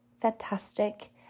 fantastic